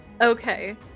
Okay